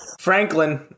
Franklin